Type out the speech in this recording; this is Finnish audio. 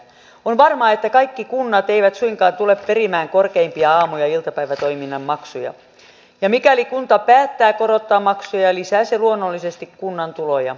on varmaa että kaikki kunnat eivät suinkaan tule perimään korkeimpia aamu ja iltapäivätoiminnan maksuja ja mikäli kunta päättää korottaa maksuja lisää se luonnollisesti kunnan tuloja